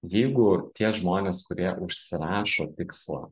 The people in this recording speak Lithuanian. jeigu tie žmonės kurie užsirašo tikslą